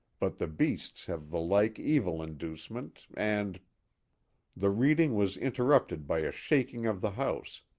but the beasts have the like evil inducement, and the reading was interrupted by a shaking of the house,